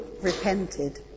repented